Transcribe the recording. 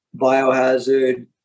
Biohazard